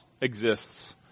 exists